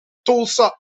tulsa